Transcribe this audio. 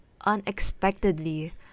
unexpectedly